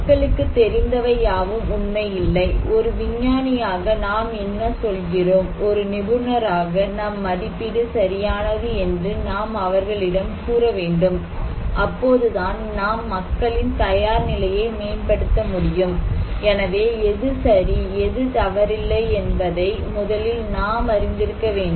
மக்களுக்குத் தெரிந்தவை யாவும் உண்மை இல்லை ஒரு விஞ்ஞானியாக நாம் என்ன சொல்கிறோம் ஒரு நிபுணராக நம் மதிப்பீடு சரியானது என்று நாம் அவர்களிடம் கூற வேண்டும் அப்போதுதான் நாம் மக்களின் தயார்நிலையை மேம்படுத்த முடியும் எனவே எது சரி எது தவறில்லை என்பதை முதலில் நாம் அறிந்திருக்க வேண்டும்